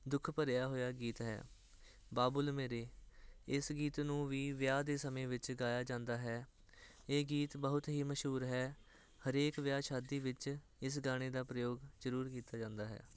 ਦੁੱਖ ਭਰਿਆ ਹੋਇਆ ਗੀਤ ਹੈ ਬਾਬੁਲ ਮੇਰੇ ਇਸ ਗੀਤ ਨੂੰ ਵੀ ਵਿਆਹ ਦੇ ਸਮੇਂ ਵਿੱਚ ਗਾਇਆ ਜਾਂਦਾ ਹੈ ਇਹ ਗੀਤ ਬਹੁਤ ਹੀ ਮਸ਼ਹੂਰ ਹੈ ਹਰੇਕ ਵਿਆਹ ਸ਼ਾਦੀ ਵਿੱਚ ਇਸ ਗਾਣੇ ਦਾ ਪ੍ਰਯੋਗ ਜ਼ਰੂਰ ਕੀਤਾ ਜਾਂਦਾ ਹੈ